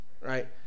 right